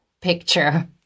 picture